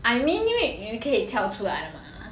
I mean 因为鱼可以跳出来的 mah